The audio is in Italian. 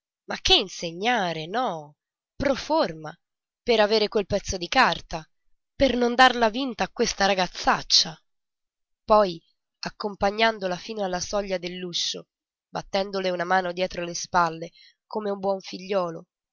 ma che insegnare no pro forma per avere quel pezzo di carta per non darla vinta a questa ragazzaccia poi accompagnandola fino alla soglia dell'uscio battendole una mano dietro le spalle come un buon figliuolo